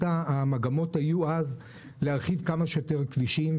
המגמות היו אז להרחיב כמה שיותר כבישים,